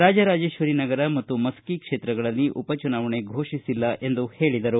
ರಾಜರಾಜೇಶ್ವರಿ ನಗರ ಮತ್ತು ಮಸ್ತಿ ಕ್ಷೇತ್ರಗಳಲ್ಲಿ ಉಪಚುನಾವಣೆ ಘೋಷಿಸಿಲ್ಲ ಎಂದು ಹೇಳಿದರು